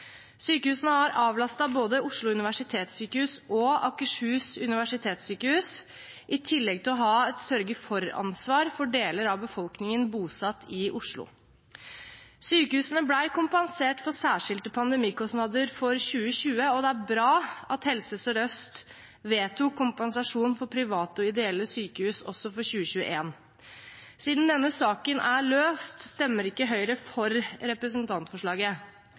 sykehusene. Sykehusene har avlastet både Oslo universitetssykehus og Akershus universitetssykehus i tillegg til å ha et sørge-for-ansvar for deler av befolkningen bosatt i Oslo. Sykehusene ble kompensert for særskilte pandemikostnader for 2020, og det er bra at Helse Sør-Øst vedtok kompensasjon for private og ideelle sykehus også for 2021. Siden denne saken er løst, stemmer ikke Høyre for representantforslaget,